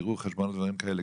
בירור חשבונות ודברים כאלה,